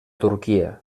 turquia